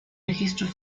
registros